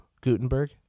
Gutenberg